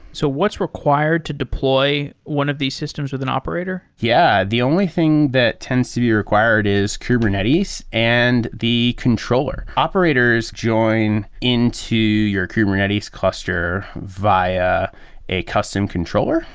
so what's required to deploy one of these systems with an operator? yeah. the only thing that tends to be required is kubernetes and the controller. operators join into your kubernetes cluster via a custom controller.